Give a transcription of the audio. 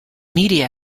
media